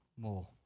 more